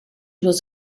was